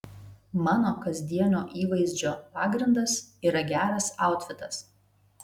mano kasdienio įvaizdžio pagrindas yra geras autfitas